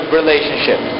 relationship